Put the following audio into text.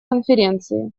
конференции